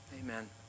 Amen